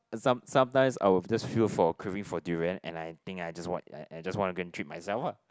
some sometimes I will just feel for craving for durian and I think I just wanna I I just wanna go and treat myself what